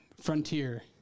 Frontier